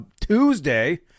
Tuesday